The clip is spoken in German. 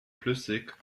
flüssig